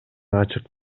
ачык